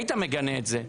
היית מגנה את זה.